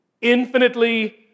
Infinitely